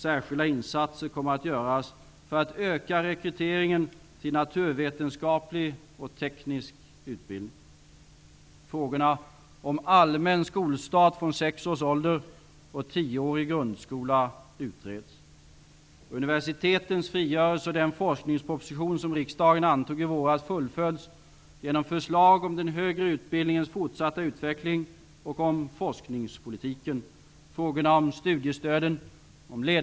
Särskilda insatser kommer att göras för att öka rekryteringen till naturvetenskaplig och teknisk utbildning. Frågorna om allmän skolstart från sex års ålder och tioårig grundskola utreds. Universitetens frigörelse och den forskningsproposition som riksdagen antog i våras fullföljs genom förslag om den högre utbildningens fortsatta utveckling och om forskningspolitiken.